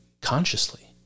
consciously